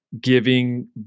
giving